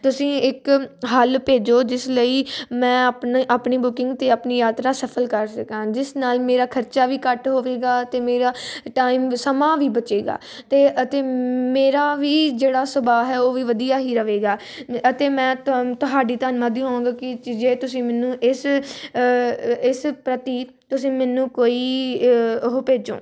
ਤੁਸੀਂ ਇੱਕ ਹੱਲ ਭੇਜੋ ਜਿਸ ਲਈ ਮੈਂ ਆਪਣੇ ਆਪਣੀ ਬੁਕਿੰਗ ਅਤੇ ਆਪਣੀ ਯਾਤਰਾ ਸਫ਼ਲ ਕਰ ਸਕਾਂ ਜਿਸ ਨਾਲ ਮੇਰਾ ਖਰਚਾ ਵੀ ਘੱਟ ਹੋਵੇਗਾ ਅਤੇ ਮੇਰਾ ਟਾਈਮ ਦਾ ਸਮਾਂ ਵੀ ਬਚੇਗਾ ਤਾਂ ਅਤੇ ਮੇਰਾ ਵੀ ਜਿਹੜਾ ਸੁਭਾਅ ਹੈ ਉਹ ਵੀ ਵਧੀਆ ਹੀ ਰਹੇਗਾ ਅਤੇ ਮੈਂ ਤਨ ਤੁਹਾਡੀ ਧੰਨਵਾਦੀ ਹੋਵਾਂਗੀ ਕਿਉਂਕਿ ਜੇ ਤੁਸੀਂ ਮੈਨੂੰ ਇਸ ਇਸ ਪ੍ਰਤੀ ਤੁਸੀਂ ਮੈਨੂੰ ਕੋਈ ਉਹ ਭੇਜੋ